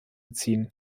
ziehen